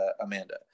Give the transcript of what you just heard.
Amanda